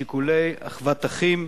משיקולי אחוות אחים,